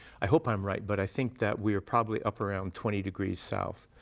i hope i'm right, but i think that we were probably up around twenty degrees south.